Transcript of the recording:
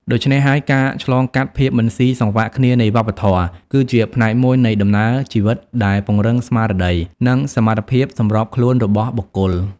ដូច្នេះហើយ ការឆ្លងកាត់ភាពមិនស៊ីសង្វាក់គ្នានៃវប្បធម៌ គឺជាផ្នែកមួយនៃដំណើរជីវិតដែលពង្រឹងស្មារតី និងសមត្ថភាពសម្របខ្លួនរបស់បុគ្គល។